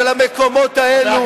של המקומות האלו.